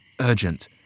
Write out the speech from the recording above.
urgent